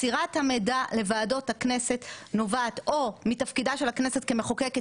מסירת המידע לוועדות הכנסת נובעת או מתפקידה של הכנסת כמחוקקת,